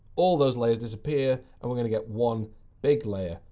all those layers disappear. and we're going to get one big layer,